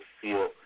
feel